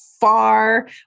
far